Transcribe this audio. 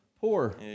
poor